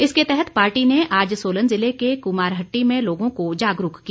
इसके तहत पार्टी ने आज सोलन जिले के कुमारहट्टी में लोगों को जागरूक किया